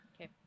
Okay